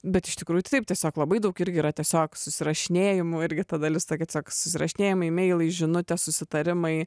bet iš tikrųjų tai taip tiesiog labai daug irgi yra tiesiog susirašinėjimų irgi ta dalis ta tiesiog susirašinėjimai imeilai žinutės susitarimai